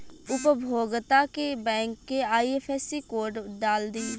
उपभोगता के बैंक के आइ.एफ.एस.सी कोड डाल दी